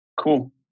Cool